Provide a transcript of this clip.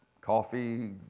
coffee